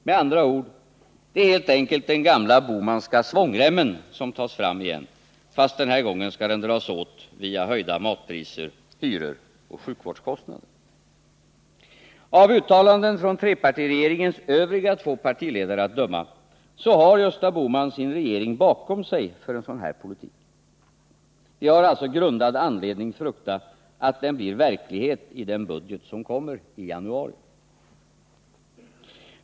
Med andra ord — det är helt enkelt den gamla Tisdagen den Bohmanska svångremmen som tas fram igen, fast den här gången skall den 27 november 1979 dras åt via höjda matpriser, hyror och sjukvårdskostnader. Av uttalanden från trepartiregeringens övriga två partiledare att döma har Gösta Bohman sin regering bakom sig för en sådan här politik. Vi har alltså grundad anledning frukta att den blir verklighet i den budget som kommer i januari.